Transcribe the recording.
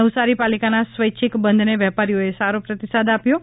નવસારી પાલિકાના સ્વૈચ્છિક બંધને વેપારીઓએ સારો પ્રતિસાદ આપ્યો છે